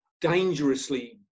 dangerously